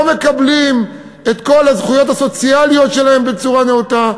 לא מקבלים את כל הזכויות הסוציאליות שלהם בצורה נאותה,